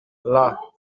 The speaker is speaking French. las